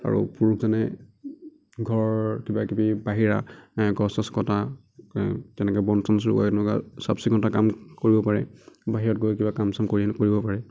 আৰু পুৰুষজনে ঘৰৰ কিবাকিবি বাহিৰা গছ চছ কটা তেনেকৈ বন চন চুৰুকা এনেকুৱা চাফ চিকুণতা কাম কৰিব পাৰে বাহিৰত গৈ কিবা কাম চাম কৰি কৰিব পাৰে